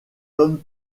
tom